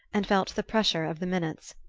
and felt the pressure of the minutes.